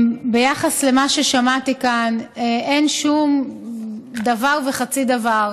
ביחס למה ששמעתי כאן, אין דבר וחצי דבר